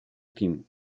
team